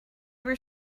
were